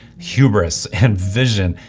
hubris, and vision.